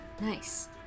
Nice